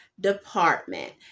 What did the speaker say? department